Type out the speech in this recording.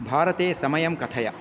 भारते समयं कथय